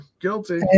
Guilty